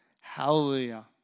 Hallelujah